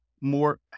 more